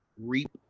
REAP